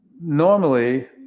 normally